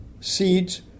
seeds